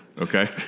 Okay